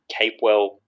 Capewell